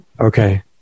Okay